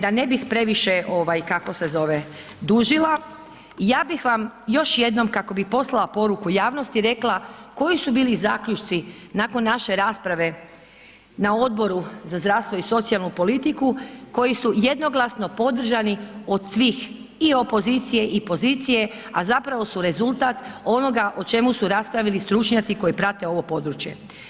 Da ne bih previše dužila, ja bih vam još jednom, kako bi poslala poruku javnosti, rekla koji su bili zaključci nakon naše rasprave, na Odboru za zdravstvo i socijalnu politiku, koji su jednoglasno podržani od svih i opozicije i pozicije, a zapravo su rezultat onoga o čemu su raspravili stručnjaci koji prate ovo područje.